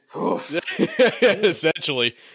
essentially